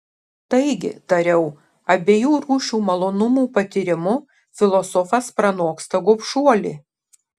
taigi tariau abiejų rūšių malonumų patyrimu filosofas pranoksta gobšuolį